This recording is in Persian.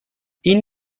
این